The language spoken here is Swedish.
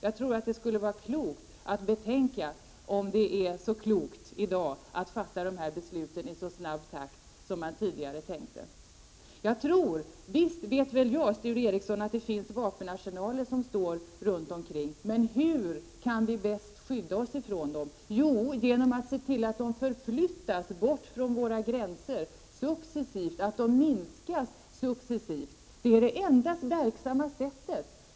Jag tror att det skulle vara förnuftigt att betänka om det är så klokt i dag att fatta beslut i så snabb takt som man tidigare tänkt sig. Visst vet jag, Sture Ericson, att det finns vapenarsenaler runt omkring oss. Men hur kan vi bäst skydda oss från dem? Jo, genom att se till att de successivt förflyttas från våra gränser, att de successivt minskas. Det är det enda verksamma skyddet.